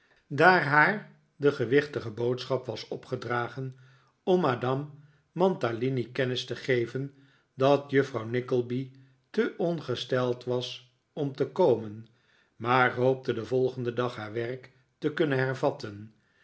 daar haar de gewichtige boodschap was opgedragen om madame mantalini kennis te geven dat juffrouw nickleby te ongesteld was om te komen maar hoopte den volgenden dag haar werk te kunnen hervatten